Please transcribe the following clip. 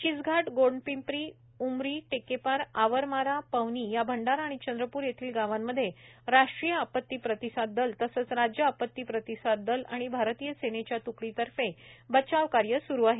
चिचघाट गोंडपिंपरी उमरी टेकेपार आवारमारा पवनी या भंडारा आणि चंद्रप्र येथील गावांमध्ये राष्ट्रीय आपती प्रतिसाद दल तसेच राज्य आपती प्रतिसाद दल आणि भारतीय सेनेच्या त्कडी तर्फे बचाव कार्य चालू आहे